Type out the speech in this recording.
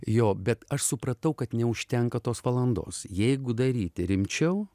jo bet aš supratau kad neužtenka tos valandos jeigu daryti rimčiau